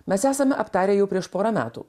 mes esame aptarę jau prieš porą metų